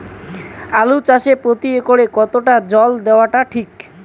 আলু চাষে প্রতি একরে কতো জল দেওয়া টা ঠিক?